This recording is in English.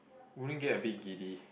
Wu-Ling get a big giddy